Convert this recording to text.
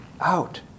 out